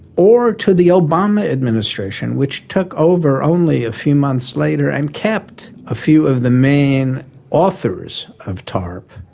or to the obama administration which took over only a few months later and kept a few of the main authors of tarp,